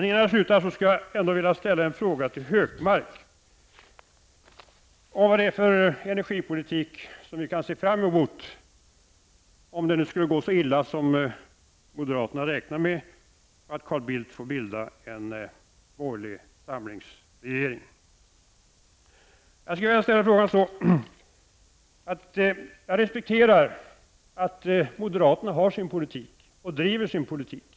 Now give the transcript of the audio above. Innan jag slutar vill jag ställa en fråga till Hökmark om vad det är för energipolitik som vi kan se fram emot om det skulle gå så illa som moderaterna räknar med, dvs. att Carl Bildt får bilda en borgerlig samlingsregering. Jag respekterar att moderaterna har sin politik och driver sin politik.